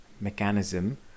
mechanism